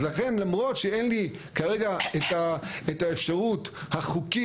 אז לכן, למרות שאין לי כרגע את האפשרות החוקית